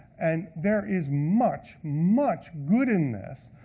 and there is much, much good in this.